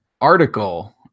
article